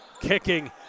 kicking